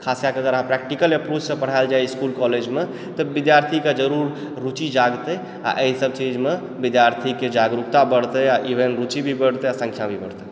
खास कए कऽ अगर अहाँ प्रैक्टिकल मे पढ़ाएल जाए इसकुल कॉलेजमे तऽ विद्यार्थीके जरुर रुचि जागतै आ एहि सब चीजमे विद्यार्थीके जागरूकता बढ़तै आ इवन रुचि भी बढ़तै आ सँख्या भी बढ़तय